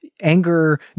anger